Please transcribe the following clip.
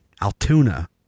Altoona